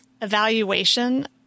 evaluation